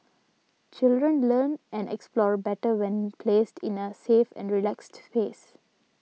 children learn and explore better when placed in a safe and relaxed space